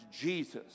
Jesus